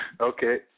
Okay